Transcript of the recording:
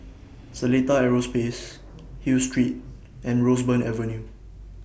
Seletar Aerospace Hill Street and Roseburn Avenue